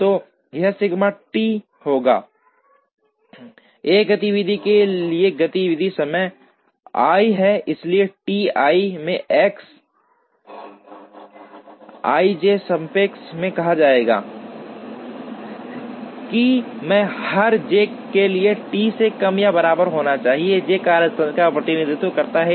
तो यह sigma T होगा I गतिविधि के लिए गतिविधि समय i है इसलिए टी i में एक्स ij संक्षेप में कहा गया है कि मैं हर j के लिए T से कम या बराबर होना चाहिए j कार्यस्थान का प्रतिनिधित्व करता है